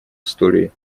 истории